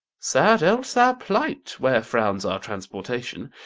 sad else our plight! where frowns are transportation.